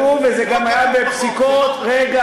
לכן, כתוב, וזה גם היה בפסיקות רבות.